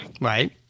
Right